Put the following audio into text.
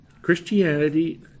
Christianity